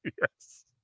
Yes